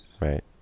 Right